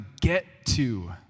get-to